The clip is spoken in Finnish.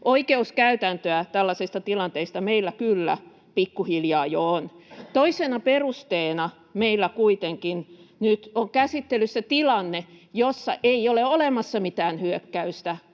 Oikeuskäytäntöä tällaisista tilanteista meillä kyllä pikkuhiljaa jo on. Toisena perusteena meillä kuitenkin nyt on käsittelyssä tilanne, jossa ei ole olemassa mitään hyökkäystä.